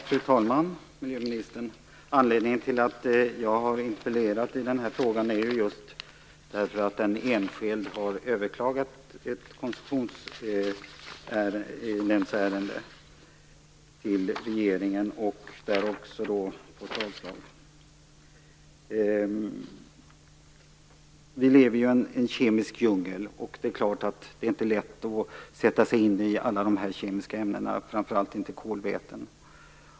Fru talman! Miljöministern! Anledningen till att jag har interpellerat i denna fråga är just att en enskild har överklagat ett koncessionsnämndsärende till regeringen och fått avslag. Vi lever i en kemisk djungel. Det är klart att det inte är lätt att sätta sig in i alla dessa kemiska ämnen, framför allt inte i kolvätena.